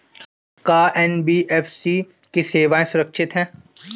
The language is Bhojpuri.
का एन.बी.एफ.सी की सेवायें सुरक्षित है?